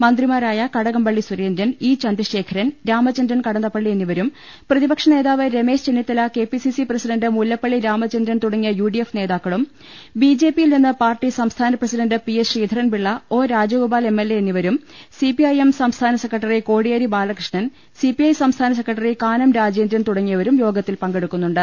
മന്ത്രിമാരായ Kadakampally Surendran E Chandrasekharan Ramachandran Kadannappally എന്നിവരും പ്രതിപക്ഷ നേതാവ് Ramesh Chennithala K P C C president Mullappally Ramachandran തുടങ്ങിയിട്ടു യു ഡി എഫ് നേതാക്കളും ബി ജെ പിയിൽ നിന്ന് പാർട്ടി സംസ്ഥാന president P S Sreedharan Pillai O Rajagopal M L A എന്നിവരും സിപിഐഎം സംസ്ഥാന സെക്രട്ടറി കോടിയേരി ബാലകൃഷ്ണൻ സിപിഐ സംസ്ഥാന സെക്രട്ടറി കാനം രാജേ ന്ദ്രൻ തുടങ്ങിയവരും യോഗത്തിൽ പങ്കെടുക്കുന്നുണ്ട്